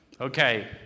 Okay